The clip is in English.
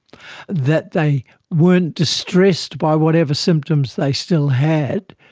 that they weren't distressed by whatever symptoms they still had,